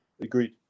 agreed